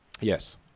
Yes